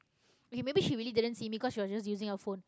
okay maybe she really didn't see me cause you were just using the phone